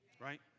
Right